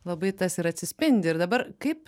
labai tas ir atsispindi ir dabar kaip